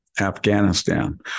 Afghanistan